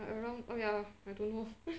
around oh ya lor I don't know